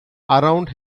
around